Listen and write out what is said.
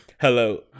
Hello